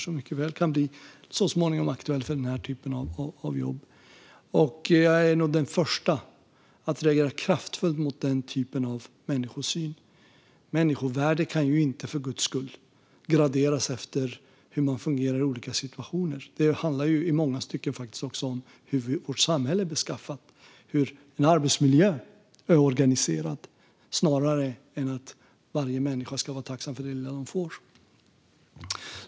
Hon kan mycket väl så småningom bli aktuell för den här typen av jobb, och jag är nog den första att reagera kraftfullt mot den typen av människosyn. Människovärde kan för guds skull inte graderas efter hur man fungerar i olika situationer! I många stycken handlar det faktiskt om hur vårt samhälle är beskaffat och hur arbetsmiljön är organiserad snarare än att varje människa ska vara tacksam för det lilla den får.